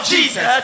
Jesus